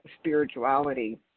spirituality